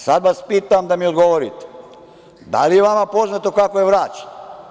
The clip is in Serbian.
Sad vas pitam da mi odgovorite – da li je vama poznato kako je vraćen?